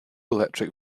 electric